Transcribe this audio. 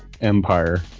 Empire